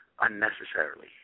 unnecessarily